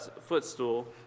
footstool